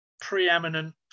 preeminent